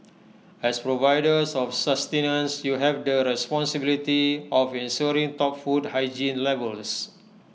as providers of sustenance you have the responsibility of ensuring top food hygiene levels